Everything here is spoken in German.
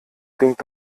klingt